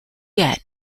yet